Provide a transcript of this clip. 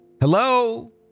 Hello